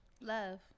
Love